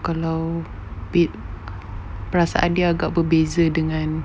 kalau bid perasaan dia agak berbeza dengan